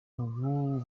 ubu